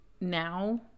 now